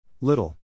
Little